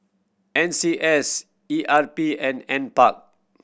N C S E R P and Nparks